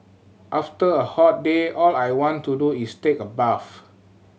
after a hot day all I want to do is take a bath